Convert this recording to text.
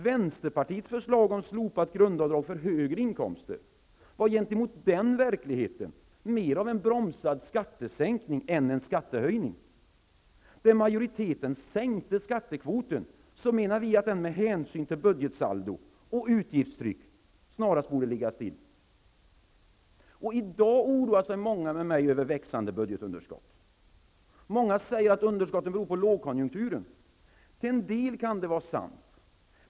Vänsterpartiets förslag om slopat grundavdrag för högre inkomster var gentemot den verkligheten mera av en bromsad skattesänkning än en skattehöjning. Då majoriteten sänkte skattekvoten, så menade vi att den med hänsyn till budgetsaldo och utgiftstryck snarast borde ligga still. I dag oroar sig många med mig över växande budgetunderskott. Många säger att underskotten beror på lågkonjunkturen. Till en del kan det vara sant.